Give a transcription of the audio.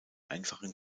einfachen